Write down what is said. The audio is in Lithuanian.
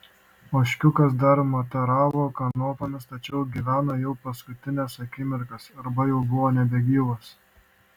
ožkiukas dar mataravo kanopomis tačiau gyveno jau paskutines akimirkas arba jau buvo nebegyvas